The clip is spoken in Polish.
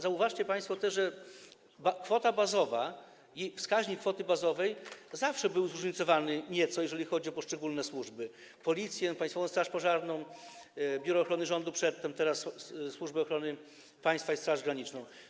Zauważcie państwo też, że wskaźnik kwoty bazowej zawsze był zróżnicowany nieco, jeżeli chodzi o poszczególne służby: Policję, Państwową Straż Pożarną, Biuro Ochrony Rządu przedtem, teraz Służbę Ochrony Państwa i Straż Graniczną.